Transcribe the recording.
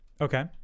okay